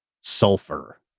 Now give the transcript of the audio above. sulfur